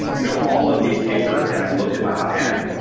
you know, all of these papers that have looked at the hot hand,